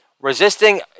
Resisting